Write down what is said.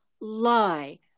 lie